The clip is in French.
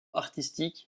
artistique